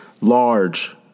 large